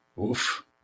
Oof